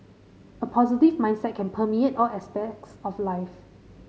a positive mindset can permeate all aspects of life